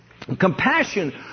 compassion